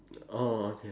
orh okay